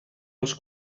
els